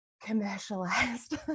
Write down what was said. commercialized